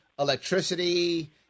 electricity